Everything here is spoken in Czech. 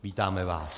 Vítáme vás.